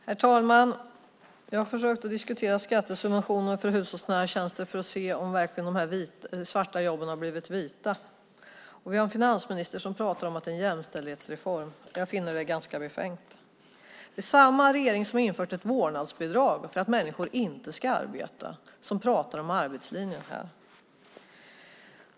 Herr talman! Jag har försökt att diskutera skattesubventioner för hushållsnära tjänster för att se om de här svarta jobben verkligen har blivit vita, och vi har en finansminister som pratar om att det är en jämställdhetsreform. Jag finner det ganska befängt. Det är samma regering som har infört ett vårdnadsbidrag för att människor inte ska arbeta som pratar om arbetslinjen här.